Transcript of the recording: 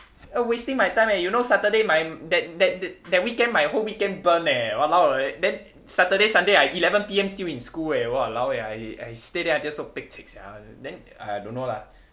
oh wasting my time eh you know saturday my that that that weekend my whole weekend burn eh !walao! eh then saturday sunday I eleven P_M still in school eh !walao! eh I I stay there until so pekcek sia then I don't know lah